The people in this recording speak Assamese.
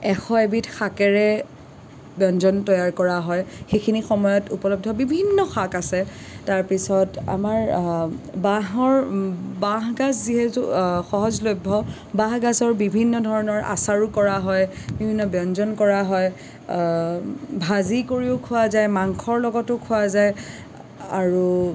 এশ এবিধ শাকেৰে ব্যঞ্জন তৈয়াৰ কৰা হয় সেইখিনি সময়ত উপলব্ধ বিভিন্ন শাক আছে তাৰপিছত আমাৰ বাঁহৰ বাঁহগাজ যিহেতু সহজলভ্য বাঁহগাজৰ বিভিন্ন ধৰণৰ আচাৰো কৰা হয় বিভিন্ন ব্যঞ্জন কৰা হয় ভাজি কৰিও খোৱা যায় মাংসৰ লগতো খোৱা যায় আৰু